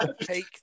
take